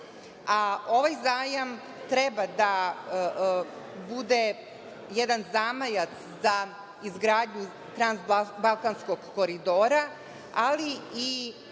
ovaj zajam treba da bude jedan zamajac za izgradnju transbalkanskog koridora, ali i